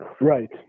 Right